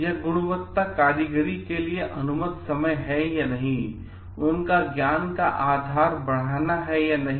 तो यह गुणवत्ता कारीगरी के लिए अनुमत समय है उनका ज्ञान का आधार बढ़ाना है या नहीं